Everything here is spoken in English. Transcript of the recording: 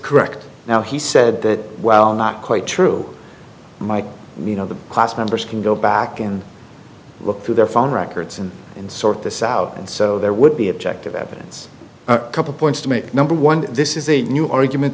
correct now he said that well not quite true might you know the class members can go back and look through their phone records and sort this out and so there would be objective evidence a couple points to make number one this is a new argument